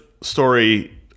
story